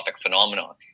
phenomenon